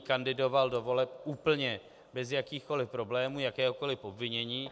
Kandidoval do voleb úplně bez jakýchkoli problémů, jakéhokoli obvinění.